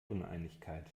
uneinigkeit